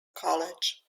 college